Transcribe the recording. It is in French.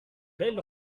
belle